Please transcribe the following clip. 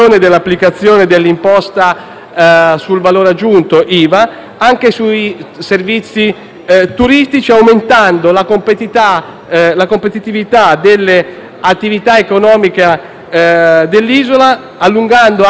sul valore aggiunto, l'IVA, anche sui servizi turistici, aumentando la competitività dell'attività economica dell'isola, allungando anche la stagione turistica